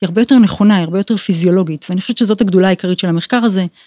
היא הרבה יותר נכונה, היא הרבה יותר פיזיולוגית ואני חושבת שזאת הגדולה העיקרית של המחקר הזה.